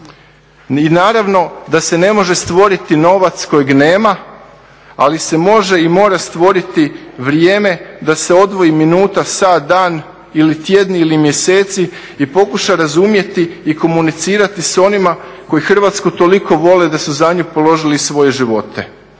I naravno da se ne može stvoriti novac kojeg nema ali se može i mora stvoriti vrijeme da se odvoji minuta, sat, dan ili tjedni ili mjeseci i pokuša razumjeti i komunicirati s onima koji Hrvatsku toliko vole da su za nju položili i svoje živote